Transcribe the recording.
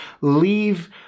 leave